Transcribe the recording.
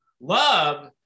Love